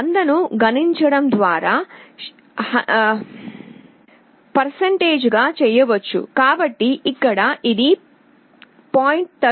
100 ను గుణించడం ద్వారా శాతం గా కూడా చెప్పవచ్చు కాబట్టి ఇక్కడ ఇది 0